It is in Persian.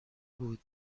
بود